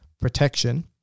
protection